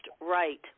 right